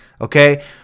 Okay